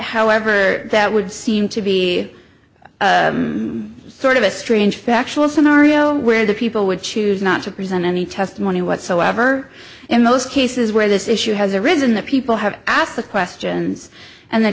however that would seem to be sort of a strange factual scenario where the people would choose not to present any testimony whatsoever in most cases where this issue has arisen the people have asked the questions and the